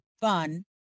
fun